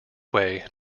way